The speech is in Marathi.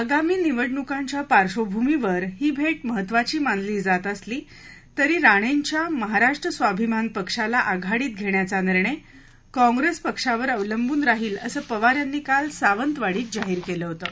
आगामी निवडणुकांच्या पार्श्वभूमीवर ही भेट महत्त्वाची मानली जात असली तरी राणेंच्या महाराष्ट्र स्वाभिमान पक्षाला आघाडीत घेण्याचा निर्णय काँग्रेस पक्षावर अवलंबून राहील असं पवार यांनी काल सावंतवाडीत जाहीर केलं होतं